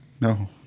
No